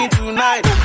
tonight